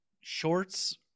shorts